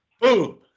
boom